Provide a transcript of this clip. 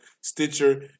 Stitcher